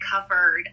covered